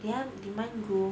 then they never grow